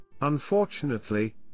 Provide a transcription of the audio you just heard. Unfortunately